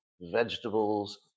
vegetables